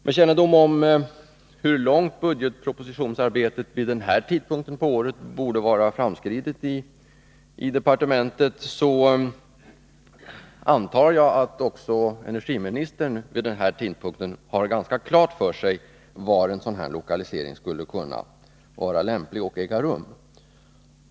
Med kännedom om hur långt budgetpropositionsarbetet vid den här tidpunkten på året borde vara framskridet i departementet antar jag att energiministern har ganska klart för sig var en sådan lokalisering skulle vara lämplig.